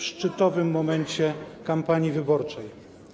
w szczytowym momencie kampanii wyborczej.